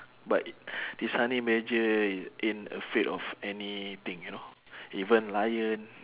but it this honey badger ain't afraid of any thing you know even lion